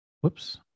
whoops